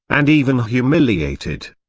and even humiliated.